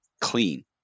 clean